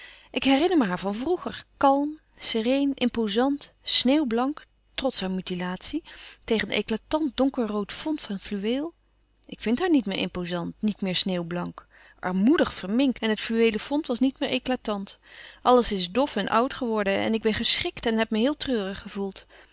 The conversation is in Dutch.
ik herinner me haar van vroeger kalm sereen impozant sneeuwblank trots haar mutilatie tegen een eclatant donkerrood fond van fluweel ik vind haar niet meer impozant niet meer sneeuwblank armoedig verminkt en het fluweelen fond was niet meer eclatant alles is dof en oud geworden en ik ben geschrikt en heb me heel treurig gevoeld